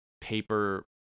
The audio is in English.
paper